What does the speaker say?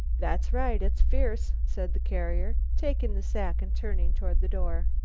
that's right it's fierce, said the carrier, taking the sack and turning toward the door.